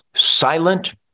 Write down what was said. silent